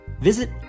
Visit